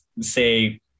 say